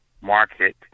market